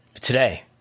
today